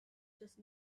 just